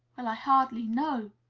well, i hardly know